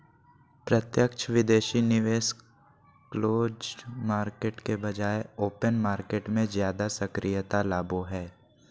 प्रत्यक्ष विदेशी निवेश क्लोज्ड मार्केट के बजाय ओपन मार्केट मे ज्यादा सक्रियता लाबो हय